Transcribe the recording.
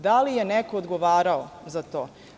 Da li je neko odgovarao za to?